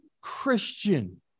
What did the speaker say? Christian